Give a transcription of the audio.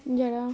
যারা